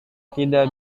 tidak